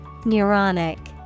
Neuronic